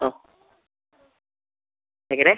ആ എങ്ങനെ